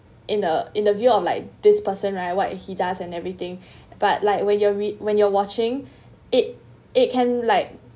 in the in the view of like this person right what he does and everything but like when you're re~ when you're watching it it can like